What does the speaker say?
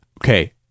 okay